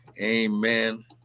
Amen